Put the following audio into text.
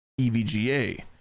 EVGA